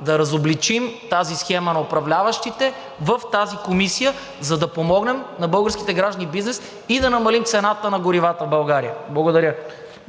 да разобличим тази схема на управляващите в тази комисия, за да помогнем на българските граждани и бизнес и да намалим цената на горивата в България. Благодаря.